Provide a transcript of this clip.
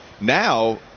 now